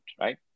right